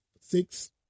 six